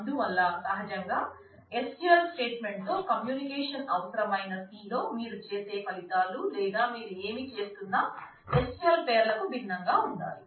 అందువల్ల సహజంగా SQL statement తో కమ్యూనికేషన్ అవసరమైన C లో మీరు చేసే ఫలితాలు లేదా మీరు ఏమి చేస్తున్న SQL పేర్ల కు భిన్నంగా ఉండాలి